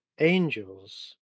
angels